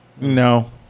no